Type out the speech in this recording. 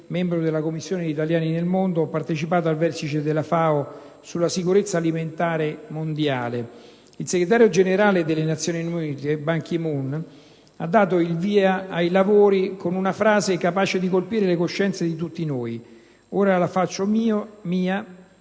per le questioni degli italiani all'estero, ho partecipato al Vertice della FAO sulla sicurezza alimentare mondiale. Il segretario generale delle Nazioni Unite, Ban Ki-Moon, ha dato il via ai lavori con una frase capace di colpire le coscienze di tutti noi. Oggi la faccio mia